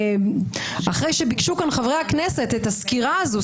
אחרי שביקשו כאן חברי הכנסת את הסקירה הזאת,